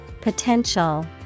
potential